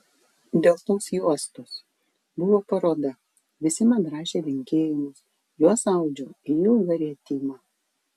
dėl tos juostos buvo paroda visi man rašė linkėjimus juos audžiau į ilgą rietimą